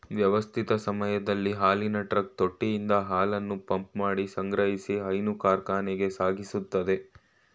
ವ್ಯವಸ್ಥಿತ ಸಮಯದಲ್ಲಿ ಹಾಲಿನ ಟ್ರಕ್ ತೊಟ್ಟಿಯಿಂದ ಹಾಲನ್ನು ಪಂಪ್ಮಾಡಿ ಸಂಗ್ರಹಿಸಿ ಹೈನು ಕಾರ್ಖಾನೆಗೆ ಸಾಗಿಸ್ತದೆ